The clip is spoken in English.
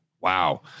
wow